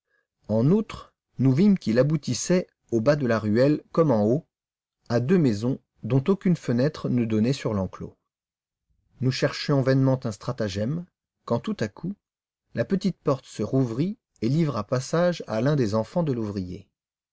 en outre nous vîmes qu'il aboutissait au bas de la ruelle comme en haut à deux maisons dont aucune fenêtre ne donnait sur l'enclos nous cherchions vainement un stratagème quand tout à coup la petite porte se rouvrit et livra passage à l'un des enfants de l'ouvrier